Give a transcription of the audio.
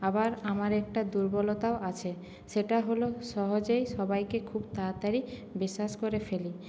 আবার আমার একটা দুর্বলতাও আছে সেটা হলো সহজেই সবাইকে খুব তাড়াতাড়ি বিশ্বাস করে ফেলি